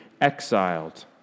exiled